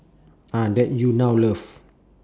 ah that you now love